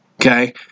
Okay